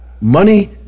money